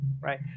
Right